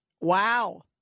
Wow